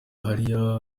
hariya